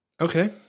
Okay